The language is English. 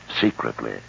secretly